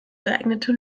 geeignete